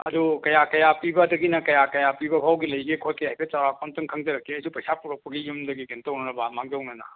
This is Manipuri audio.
ꯑꯗꯨ ꯀꯌꯥ ꯀꯌꯥ ꯄꯤꯕꯗꯒꯤꯅ ꯀꯌꯥ ꯀꯌꯥ ꯄꯤꯕꯚꯧꯒꯤ ꯂꯩꯒꯦ ꯈꯣꯠꯀꯦ ꯍꯥꯏꯐꯦꯠ ꯆꯥꯎꯔꯥꯛꯄ ꯑꯝꯇꯪ ꯈꯪꯖꯔꯛꯀꯦ ꯑꯩꯁꯨ ꯄꯩꯁꯥ ꯄꯨꯔꯛꯄꯒꯤ ꯌꯨꯝꯗꯒꯤ ꯀꯩꯅꯣ ꯇꯧꯅꯅꯕ ꯃꯥꯡꯖꯧꯅꯅ